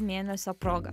mėnesio proga